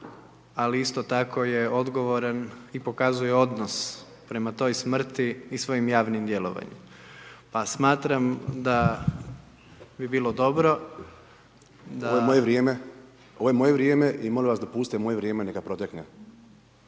ali isto tako je odgovoran i pokazuje odnos prema toj smrti i svojim javnim djelovanjem, pa smatram da bi bilo dobro da **Zekanović, Hrvoje (HRAST)** Ovo je moje vrijeme, ovo je